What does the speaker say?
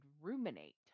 ruminate